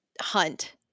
hunt